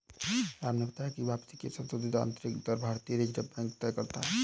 राम ने बताया की वापसी की संशोधित आंतरिक दर भारतीय रिजर्व बैंक तय करता है